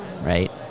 right